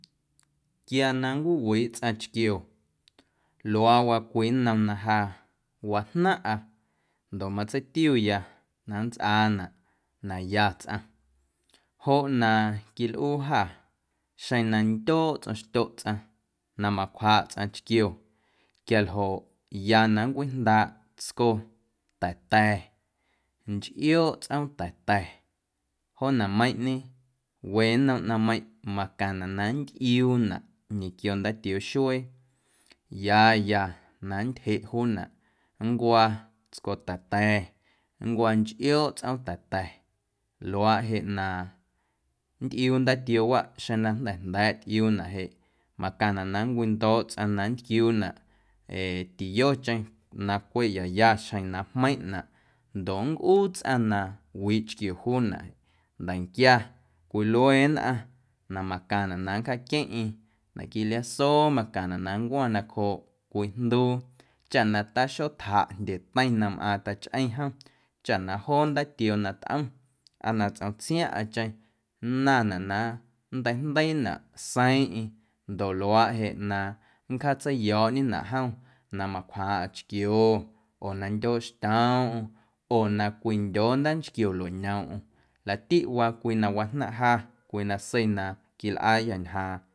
Quia na nncwiwiiꞌ tsꞌaⁿ chquio luaawaa cwii nnom na ja wajnaⁿꞌa ndoꞌ na matseitiuya na nntsꞌaanaꞌ na ya tsꞌaⁿ joꞌ na quilꞌuu jâ xeⁿ na ndyooꞌ tsꞌom xtyoꞌ tsꞌaⁿ na macwjaꞌ tsꞌaⁿ chquio quialjoꞌ ya na nncwijndaaꞌ tsco ta̱ta̱, nchꞌiooꞌ tsꞌoom ta̱ta̱ joo naⁿmeiⁿꞌñe we nnom ꞌnaⁿmeiⁿꞌ macaⁿnaꞌ na nntꞌiuunaꞌ ñequio ndaatioo xuee ya ya na nntyjeꞌ juunaꞌ nncwa tsco ta̱ta̱, nncwa nchꞌiooꞌ tsꞌoom ta̱ta̱ luaaꞌ jeꞌ na nntꞌiuu ndaatioowaꞌ xeⁿ na jnda̱ jnda̱a̱ꞌ tꞌiuunaꞌ jeꞌ macaⁿnaꞌ na nncwindooꞌ tsꞌaⁿ na nntquiuunaꞌ tiyocheⁿ na cweꞌ ya yaxjeⁿ na jmeⁿꞌnaꞌ ndoꞌ ncꞌuu tsꞌaⁿ na wii chquio juunaꞌ nda̱nquia cwilue nnꞌaⁿ na macaⁿnaꞌ na nncjaaqueⁿꞌeⁿ naquiiꞌ liaasoo macaⁿnaꞌ na nncwaⁿ nacjooꞌ cwii jnduu chaꞌ na taxotjaꞌ jndyeteiⁿ na mꞌaaⁿ tachꞌeⁿ jom chaꞌ na joo ndaatioo na tꞌom aa na tsꞌom tsiaⁿꞌaⁿcheⁿ nnaⁿnaꞌ na nnteijndeiinaꞌ seiiⁿꞌeiⁿ ndoꞌ luaaꞌ jeꞌ na nncjaatseiyo̱o̱ꞌñenaꞌ jom na macwjaaⁿꞌaⁿ chquio oo na ndyooꞌ xtyoomꞌm oo na cwindyoo ndaancquio lueꞌñoomꞌm laꞌtiꞌwaa cwii na wajnaⁿꞌ ja cwii nasei na quilꞌaayâ ñjaaⁿ.